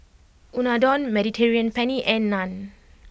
Unadon Mediterranean Penne and Naan